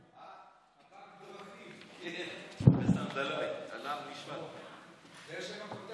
אדוני היושב-ראש, אדוני השר, חבריי חברי